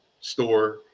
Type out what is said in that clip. store